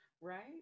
Right